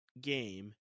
game